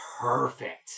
perfect